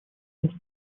место